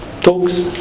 Talks